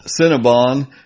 Cinnabon